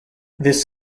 this